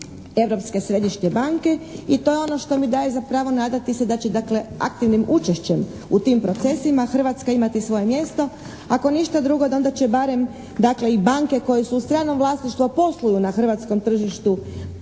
Europske središnje banke i to je ono što mi daje za pravo nadati se da će dakle aktivnim učešćem u tim procesima Hrvatska imati svoje mjesto. Ako ništa drugo da onda će barem dakle i banke koje su u stranom vlasništvu a posluju na hrvatskom tržištu